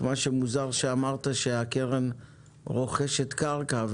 מוזר שאמרת שהקרן רוכשת קרקע,